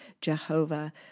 Jehovah